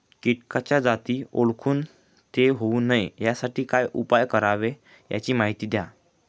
किटकाच्या जाती ओळखून ते होऊ नये यासाठी काय उपाय करावे याची माहिती द्या